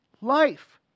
life